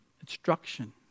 instruction